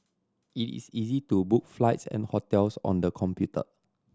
it is easy to book flights and hotels on the computer